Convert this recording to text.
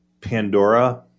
Pandora